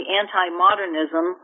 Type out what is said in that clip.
anti-modernism